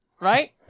Right